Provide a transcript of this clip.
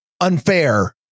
unfair